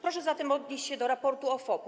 Proszę zatem odnieść się do raportu OFOP-u.